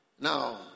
Now